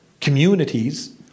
communities